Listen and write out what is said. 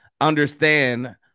understand